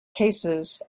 cases